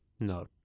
No